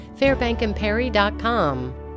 Fairbankandperry.com